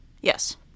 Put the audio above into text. Yes